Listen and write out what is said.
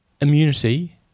immunity